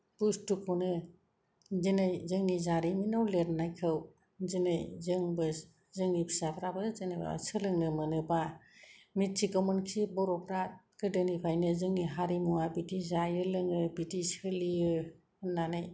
बुस्तुखौनो दिनै जोंनि जारिमिनाव लिरनायखौ दिनै जोंबो जोंनि फिसाफ्राबो जेनेबा सोलोंनो मोनोबा मिथिगौमोनखि बर'फ्रा गोदोनिफ्रायनो जोंनि हारिमुवा बिदि जायो लोङो बिदि सोलियो होननानै